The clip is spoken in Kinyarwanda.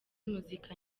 muzika